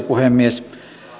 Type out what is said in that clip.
puhemies